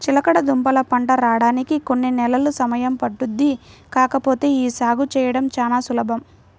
చిలకడదుంపల పంట రాడానికి కొన్ని నెలలు సమయం పట్టుద్ది కాకపోతే యీ సాగు చేయడం చానా సులభం